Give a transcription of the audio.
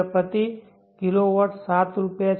પ્રતિ kW 7 રૂ છે